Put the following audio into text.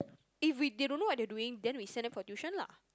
if we they don't know what they're doing then we send them for tuition lah